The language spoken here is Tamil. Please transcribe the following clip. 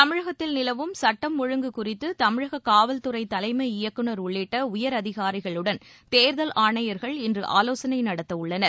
தமிழகத்தில் நிலவும் சுட்டம் ஒழுங்கு குறித்து தமிழக காவல்துறை தலைமை இயக்குநர் உள்ளிட்ட உயர் அதிகாரிகளுடன் தேர்தல் ஆணையர்கள் இன்று ஆலோசனை நடத்தவுள்ளனர்